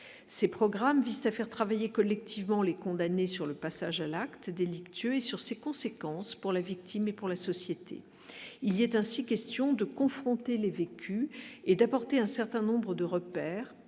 ces programmes Vista faire travailler collectivement les condamnés sur le passage à l'acte délictueux et sur ses conséquences pour la victime et pour la société, il est ainsi question de confronter les vécus et d'apporter un certain nombre de repères,